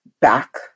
back